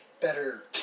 better